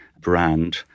brand